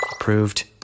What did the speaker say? Approved